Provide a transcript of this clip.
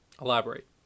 Elaborate